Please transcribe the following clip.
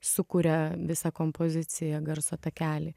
sukuria visą kompoziciją garso takelį